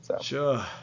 Sure